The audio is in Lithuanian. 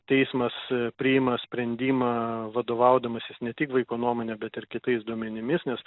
teismas priima sprendimą vadovaudamasis ne tik vaiko nuomone bet ir kitais duomenimis nes